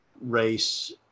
race